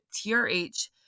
TRH